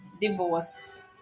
divorce